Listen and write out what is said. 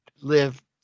live